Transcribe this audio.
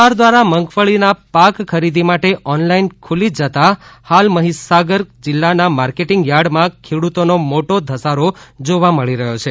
સરકાર દ્વારા મગફળીના પાક ખરીદી માટે ઓનલાઈન ખુલી જતા હાલ મહીસાગર જિલ્લાના માર્કેટિંગ થાર્ડમાં ખેડૂતોનો મોટો ધસારો જોવા મળે છે